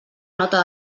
nota